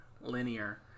Linear